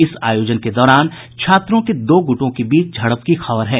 इस आयोजन के दौरान छात्रों के दो गुटों के बीच झड़प की खबर है